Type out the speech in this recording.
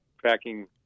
tracking